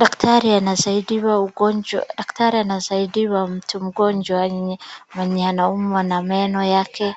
Daktari anasaidia mtu mgonjwa mwenye anaumwa na meno yake.